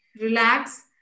Relax